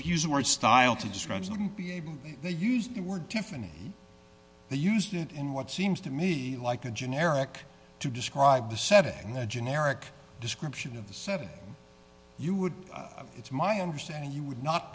use the word style to describe wouldn't be able they used the word tiffany they used it in what seems to me like a generic to describe the setting and the generic description of the seven you would have it's my understanding you would not